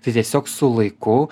tai tiesiog su laiku